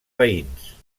veïns